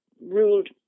ruled